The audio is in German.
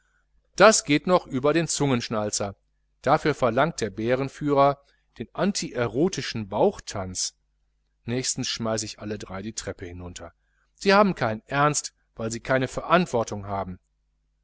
das geht noch über den zungenschnalzer dafür verlangt der bärenführer den antierotischen bauchtanz nächstens schmeiße ich alle drei die treppe hinunter sie haben keinen ernst weil sie keine verantwortung haben